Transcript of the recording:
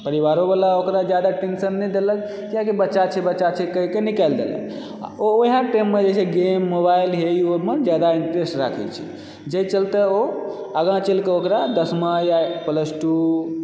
परिवारो वाला ओकरा जादा टेंशन नहि देलक कियाकि बच्चा छै बच्चा छै कहि कऽ निकालि देलक आ ओहए टाइममे जे छै गेम मोबाइल हे ई ओहिमे जादा इंटरेस्ट राखए छै जाहि चलते ओ आगाँ चलि कऽ ओकरा दशमा या प्लस टू